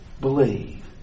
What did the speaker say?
believe